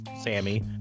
Sammy